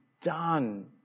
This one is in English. done